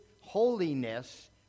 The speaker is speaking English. holiness